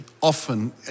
often